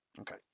Okay